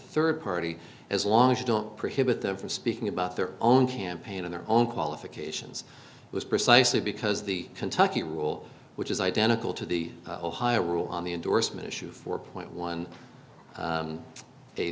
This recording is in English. third party as long as you don't prohibit them from speaking about their own campaign in their own qualifications was precisely because the kentucky rule which is identical to the ohio rule on the endorsement issue four point one